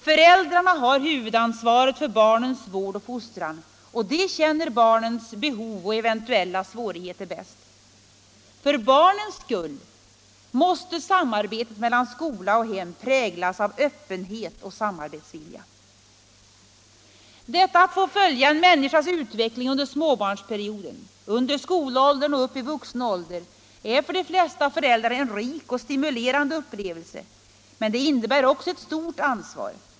Föräldrarna har huvudansvaret för barnens vård och fostran, och de känner barnens behov och eventuella svårigheter bäst. För barnens skull måste samarbetet mellan skola och hem präglas av öppenhet och samarbetsvilja. Att få följa en människas utveckling under småbarnsperioden, under skolåldern och upp i vuxen ålder är för de flesta föräldrar en rik och stimulerande upplevelse, men det innebär också ett stort ansvar.